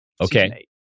Okay